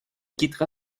quittera